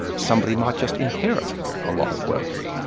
somebody might just inherit a lot of wealth,